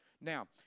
Now